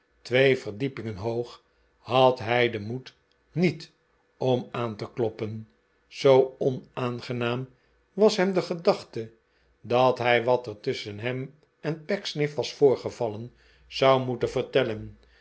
twee verdiepingen hoog had hij den moed niet om aan te kloppen zoo onaangenaam was hem de gedachte dat hij wat er tusschen hem en pecksniff was voorgevallen zou moetert vertellen